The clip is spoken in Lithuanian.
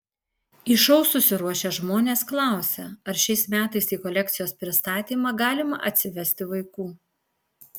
į šou susiruošę žmonės klausia ar šiais metais į kolekcijos pristatymą galima atsivesti vaikų